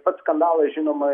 pats skandalas žinoma